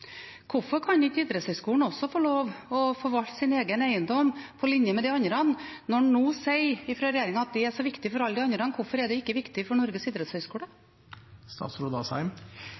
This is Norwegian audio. Hvorfor kan ikke Norges idrettshøgskole også få lov til å forvalte sin egen eiendom, på lik linje med de andre? Når en nå fra regjeringens side sier at det er så viktig for alle de andre – hvorfor er det ikke viktig for Norges